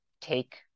take